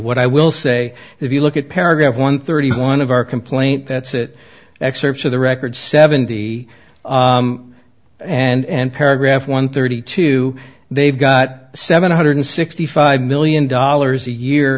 what i will say if you look at paragraph one thirty one of our complaint that's it excerpts of the record seventy and paragraph one thirty two they've got seven hundred sixty five million dollars a year